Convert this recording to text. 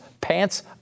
Pants